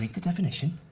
the definition.